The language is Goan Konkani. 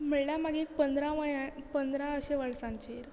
म्हणल्यार मागे पंदरा वया पंदरा अशे वर्सांचेर